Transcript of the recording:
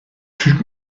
türk